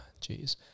Jeez